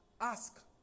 ask